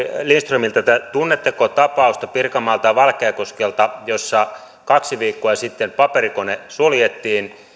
lindströmiltä tunnetteko tapausta pirkanmaalta valkeakoskelta jossa kaksi viikkoa sitten paperikone suljettiin